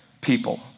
people